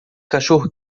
cachorro